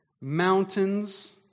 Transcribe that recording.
mountains